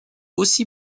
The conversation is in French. aussi